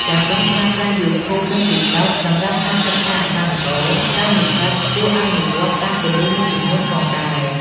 ដើម្បីប្រើប្រាស់ យូធូប និង តិកតុក សម្រាប់ការសិក្សាឲ្យបានល្អ សិស្សនិស្សិតគួរអនុវត្តតាមគន្លឹះមួយចំនួនផងដែរ។